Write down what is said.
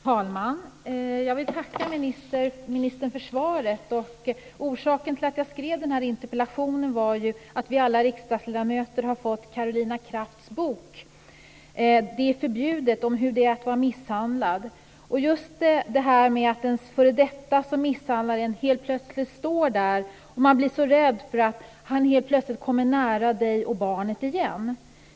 Fru talman! Jag vill tacka ministern för svaret. Orsaken till att jag skrev interpellationen var att alla vi riksdagsledamöter har fått Karolina Krafts bok Det är förbjudet! om hur det är att vara misshandlad. Det gäller just detta att ens före detta som misshandlat en helt plötsligt står där, och att man blir så rädd för att han helt plötsligt kommer nära en själv och barnet igen.